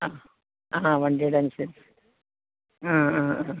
ആ ആ വണ്ടീടനുസരിച്ച് ആ ആ ആ